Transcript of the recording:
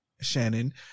Shannon